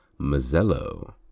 Mazzello